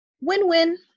win-win